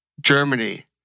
Germany